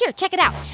yeah check it out.